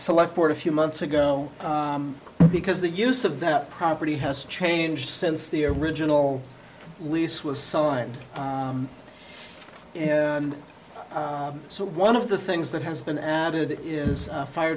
select board a few months ago because the use of that property has changed since the original lease was signed yeah so one of the things that has been added is fire